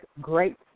great